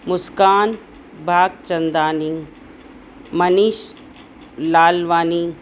Muskan Bhagchandani Manish Lalwani